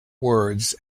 words